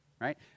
right